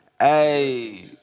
Hey